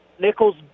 Nichols